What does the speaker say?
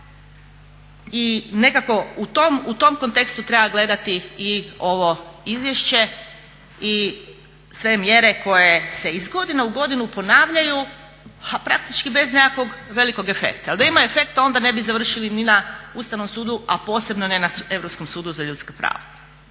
i nekako u tom kontekstu treba gledati i ovo izvješće i sve mjere koje se iz godine u godinu ponavljaju, a praktički bez nekakvog velikog efekta. Jel da ima efekta onda ne bi završili ni na Ustavnom sudu, a posebno ne na Europskom sudu za ljudska prava.